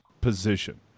position